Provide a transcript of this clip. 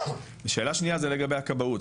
השאלה השנייה זה לגבי הכבאות.